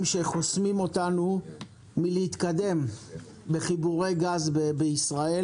שחוסמים אותנו מלהתקדם לחיבורי גז בישראל?